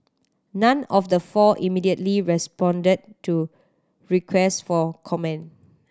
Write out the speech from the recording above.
none of the four immediately responded to request for comment